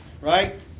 right